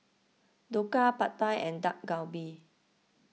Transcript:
Dhokla Pad Thai and Dak Galbi